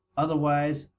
otherwise,